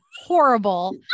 horrible